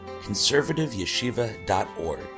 conservativeyeshiva.org